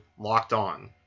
LOCKEDON